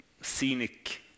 scenic